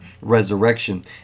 resurrection